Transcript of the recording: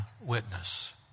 witness